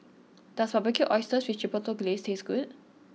does Barbecued Oysters with Chipotle Glaze taste good